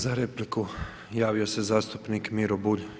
Za repliku javio se zastupnik Miro Bulj.